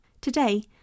Today